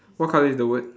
what colour is the word